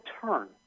turn